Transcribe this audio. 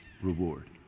reward